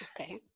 Okay